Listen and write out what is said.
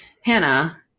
Hannah